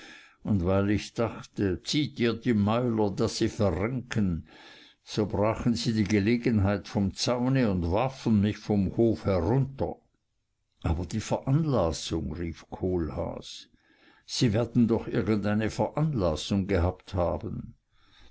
und weil ich dachte zieht ihr die mäuler daß sie verrenken so brachen sie die gelegenheit vom zaune und warfen mich vom hofe herunter aber die veranlassung rief kohlhaas sie werden doch irgendeine veranlassung gehabt haben